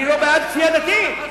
אני לא בעד כפייה דתית.